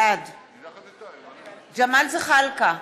בעד ג'מאל זחאלקה,